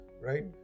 Right